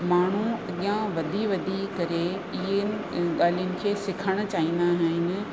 माण्हू अॻियां वधी वधी करे इहे ॻाल्हियुनि खे सिखणु चाहींदा आहिनि